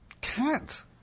Cat